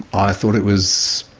i thought it was